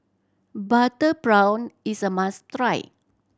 butter prawn is a must try